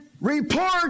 report